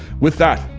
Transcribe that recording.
with that,